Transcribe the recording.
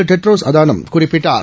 Tedros Adhanom குறிப்பிட்டார்